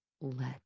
let